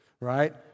right